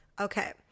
Okay